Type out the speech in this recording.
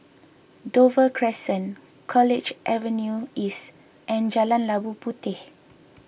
Dover Crescent College Avenue East and Jalan Labu Puteh